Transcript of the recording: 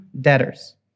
debtors